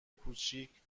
کوچیک